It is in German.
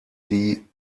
die